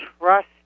trust